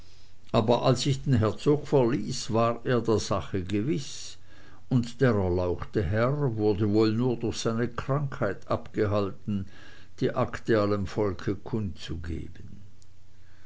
aber als ich den herzog verließ war er der sache gewiß und der erlauchte herr wurde wohl nur durch seine krankheit abgehalten die akte allem volke